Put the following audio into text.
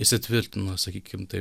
įsitvirtino sakykim taip